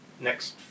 next